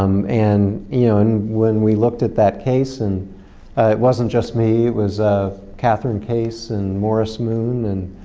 um and yeah and when we looked at that case and it wasn't just me, it was catherine case and morris moon and